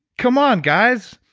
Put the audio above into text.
come on guys.